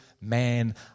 man